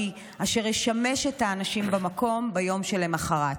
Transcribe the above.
אשר ישמש את האנשים במקום ביום שלמחרת.